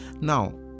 Now